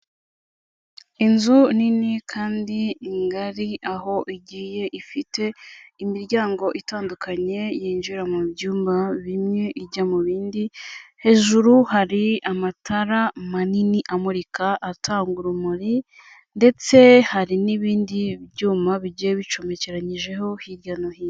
Inzu nini kandi ngari, aho igiye ifite imiryango itandukanye yinjira mu byumba bimwe, ijya mu bindi. Hejuru hari amatara manini amurika atanga urumuri, ndetse hari n'ibindi byuma bigiye bicomekeranyijeho hirya no hino.